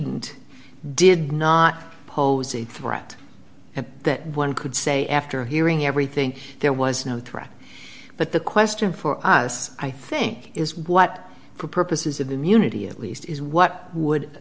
and did not pose a threat and that one could say after hearing everything there was no threat but the question for us i think is what for purposes of immunity at least is what would